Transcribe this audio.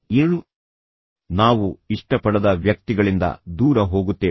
ಏಳು ನಾವು ಇಷ್ಟಪಡದ ವ್ಯಕ್ತಿಗಳಿಂದ ದೂರ ಹೋಗುತ್ತೇವೆ